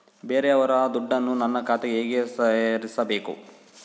ಬೇರೆಯವರ ದುಡ್ಡನ್ನು ನನ್ನ ಖಾತೆಗೆ ಹೇಗೆ ಸೇರಿಸಬೇಕು?